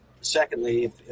secondly